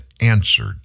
answered